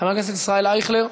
חבר הכנסת ישראל אייכלר,